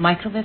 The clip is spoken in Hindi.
नमस्कार